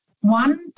one